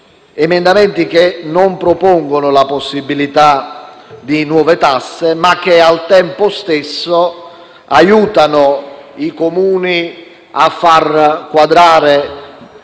emendamenti che non propongono la possibilità di nuove tasse, ma che al tempo stesso aiutano i Comuni a far quadrare